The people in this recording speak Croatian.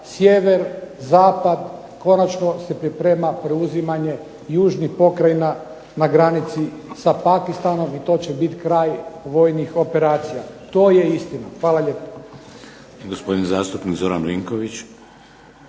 sjever, zapad. Konačno se priprema preuzimanje južnih pokrajina na granici sa Pakistanom i to će biti kraj vojnih operacija. To je istina. Hvala lijepa.